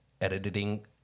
editing